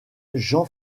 jean